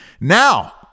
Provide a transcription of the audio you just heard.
Now